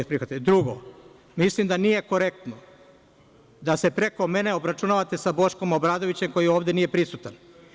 Drugo, mislim da nije korektno da se preko mene obračunavate sa Boškom Obradovićem, koji ovde nije prisutan.